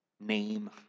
name